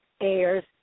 airs